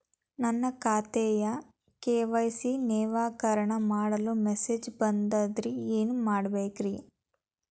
ನನ್ನ ಖಾತೆಯ ಕೆ.ವೈ.ಸಿ ನವೇಕರಣ ಮಾಡಲು ಮೆಸೇಜ್ ಬಂದದ್ರಿ ಏನ್ ಮಾಡ್ಬೇಕ್ರಿ?